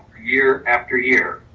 year after year.